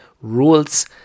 rules